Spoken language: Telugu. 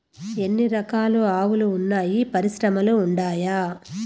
ఎన్ని రకాలు ఆవులు వున్నాయి పరిశ్రమలు ఉండాయా?